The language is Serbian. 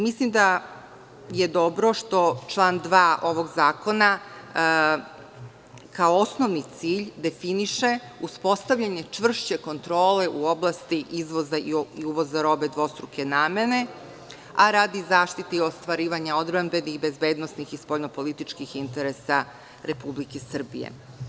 Mislim da je dobro što član 2. ovog zakona kao osnovni cilj definiše uspostavljanje čvršće kontrole u oblasti izvoza i uvoza robe dvostruke namene, a radi zaštite i ostvarivanja odbrambenih bezbednosnih i spoljnopolitičkih interesa Republike Srbije.